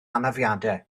anafiadau